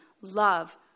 love